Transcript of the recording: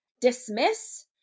dismiss